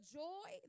joy